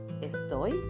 Estoy